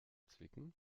zwicken